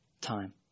time